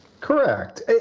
Correct